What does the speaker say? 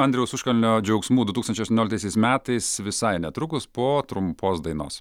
andriaus užkalnio džiaugsmų du tūkstančiai aštuonioliktaisiais metais visai netrukus po trumpos dainos